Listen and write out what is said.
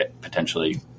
potentially